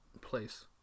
place